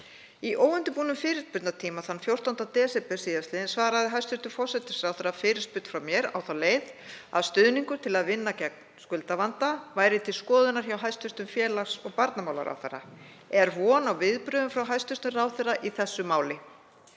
Í óundirbúnum fyrirspurnatíma þann 14. desember síðastliðinn svaraði hæstv. forsætisráðherra fyrirspurn frá mér á þá leið að stuðningur til að vinna gegn skuldavanda væri til skoðunar hjá hæstv. félags- og barnamálaráðherra. Er von á viðbrögðum frá hæstv. ráðherra í þessu máli?